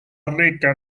rica